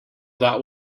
that